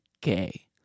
gay